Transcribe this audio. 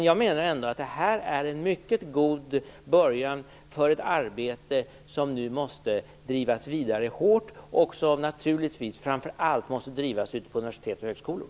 Jag menar ändå att det här är en mycket god början på ett arbete som nu måste drivas vidare hårt och som naturligtvis framför allt måste drivas ute på universitet och högskolor.